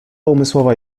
umysłowa